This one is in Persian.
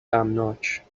غمناک